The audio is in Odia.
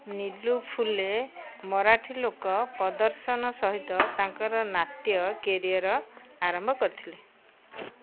ନୀଲୁ ଫୁଲେ ମରାଠୀ ଲୋକ ପ୍ରଦର୍ଶନ ସହିତ ତାଙ୍କର ନାଟ୍ୟ କ୍ୟାରିୟର୍ ଆରମ୍ଭ କରିଥିଲେ